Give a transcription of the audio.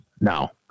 now